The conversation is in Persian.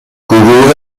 گروه